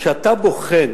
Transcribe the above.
כשאתה בוחן